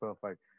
perfect